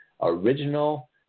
original